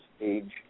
age